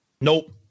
Nope